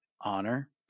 honor